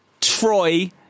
Troy